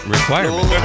Requirement